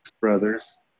brothers